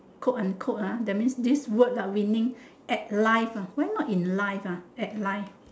quote unquote ah that means this word uh winning at life ah why not in life ah at life